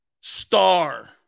Star